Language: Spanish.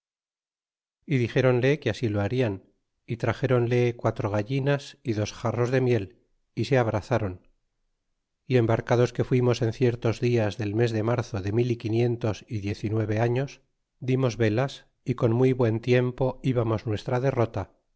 y dixeronle que así lo harian y traxéronle quatro gallinas y dos jarros de miel y se abrazron y embarcados que fuimos en ciertos dias de mes de marzo de mil y quinientos y diez y nueve años dimos velas y con muy buen tiempo íbamos nuestra derrota